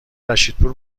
رشیدپور